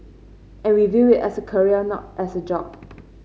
and we view it as a career not as a job